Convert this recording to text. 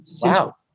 Wow